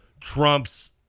trumps